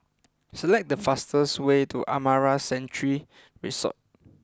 select the fastest way to Amara Sanctuary Resort